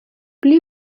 pli